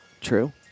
True